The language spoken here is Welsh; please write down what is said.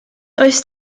does